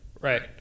Right